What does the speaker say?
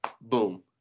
boom